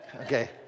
Okay